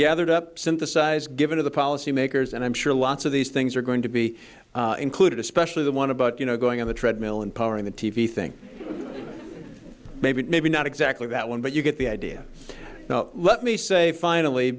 gathered up synthesize given to the policy makers and i'm sure lots of these things are going to be included especially the one about you know going on the treadmill and powering the t v think maybe maybe not exactly that one but you get the idea now let me say finally